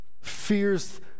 fears